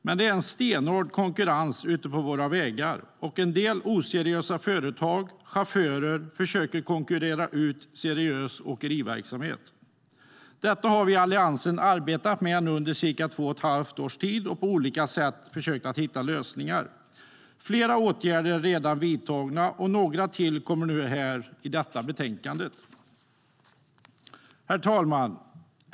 Men det är en stenhård konkurrens ute på våra vägar, och en del oseriösa företag och chaufförer försöker konkurrera ut seriös åkeriverksamhet. Detta har vi i Alliansen arbetat med nu under cirka två och ett halvt års tid. Vi har på olika sätt försökt hitta lösningar. Flera åtgärder är redan vidtagna, och några till kommer genom detta betänkande. Herr talman!